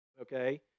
okay